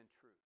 truth